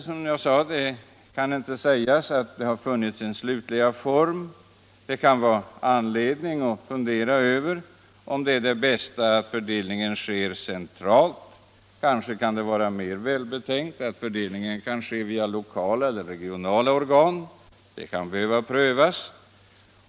Som jag framhöll har stödet knappast funnit sin slutliga form. Det kan finnas anledning att fundera över om det bästa är att fördelningen sker centralt. Kanske är det mera välbetänkt att fördelningen sker via lokala eller regionala organ. Den saken kan behöva prövas.